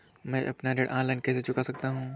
मैं अपना ऋण ऑनलाइन कैसे चुका सकता हूँ?